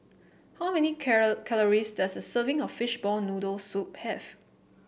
how many calories does a serving of Fishball Noodle Soup have